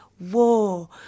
war